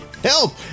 help